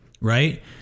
Right